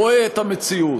רואה את המציאות.